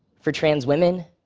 for trans women,